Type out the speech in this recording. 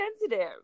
sensitive